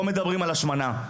פה מדברים על השמנה.